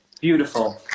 Beautiful